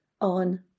on